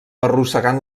arrossegant